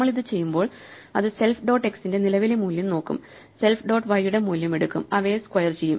നമ്മൾ ഇത് ചെയ്യുമ്പോൾ അത് സെൽഫ് ഡോട്ട് x ന്റെ നിലവിലെ മൂല്യം നോക്കും സെൽഫ് ഡോട്ട് y യുടെ മൂല്യം എടുക്കും അവയെ സ്ക്വയർ ചെയ്യും